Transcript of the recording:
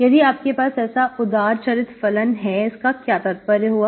यदि आपके पास ऐसा उदारचरित फलन है इसका क्या तात्पर्य हुआ